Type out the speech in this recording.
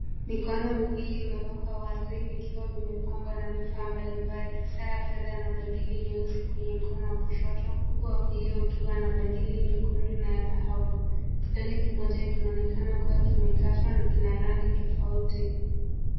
Mikono miwili imewekwa wazi vikiwa vimepambwa na vifaa mbalimbali. Saa ya fedha na bangili nyeusi kwenye mkono wa kushoto, huku wa kulia ukiwa na bangili nyekundu na ya dhahabu. Kidole kimoja kinaonekana kuwa kimekatwa na kina rangi tofauti.